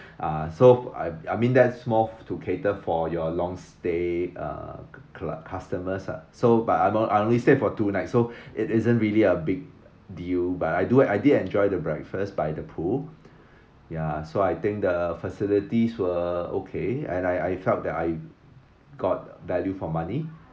ah so I I mean that is more to cater for your long stay uh cus~ customers ah so but I'm I only for two night so it isn't really a big deal but I do I did enjoy the breakfast by the pool ya so I think the facilities were okay and I I felt that I got value for money